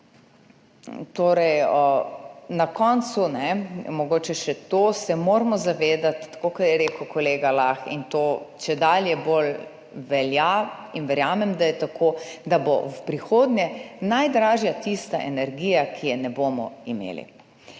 Na koncu mogoče še to. Moramo se zavedati – tako kot je rekel kolega Lah in to čedalje bolj velja in verjamem, da je tako – da bo v prihodnje najdražja tista energija, ki je ne bomo imeli.